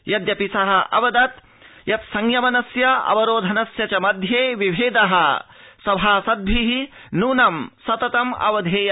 यद्यपि स अवदत् यत् संयमनस्य अवरोधनस्य च मध्ये विभेद सभासदिभ नूनं सततमवधेय